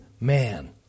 man